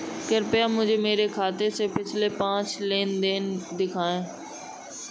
कृपया मुझे मेरे खाते से पिछले पांच लेन देन दिखाएं